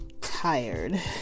tired